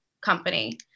company